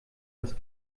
das